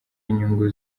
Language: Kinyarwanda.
inyungu